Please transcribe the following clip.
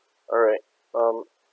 alright um